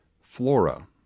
Flora